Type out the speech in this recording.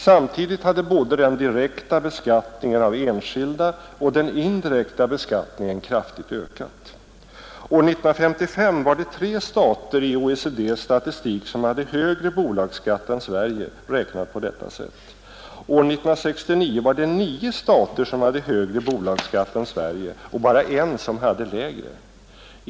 Samtidigt hade både den direkta beskattningen av enskilda och den indirekta beskattningen kraftigt ökat. År 1955 var det tre stater som enligt OECD:s statistik hade högre bolagsskatt än Sverige räknat på detta sätt. År 1969 var det nio stater som hade högre bolagsskatt än Sverige och bara en som hade lägre.